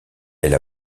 elle